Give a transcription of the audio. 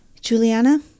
Juliana